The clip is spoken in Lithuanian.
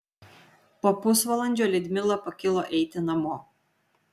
po pusvalandžio liudmila pakilo eiti namo